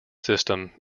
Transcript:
system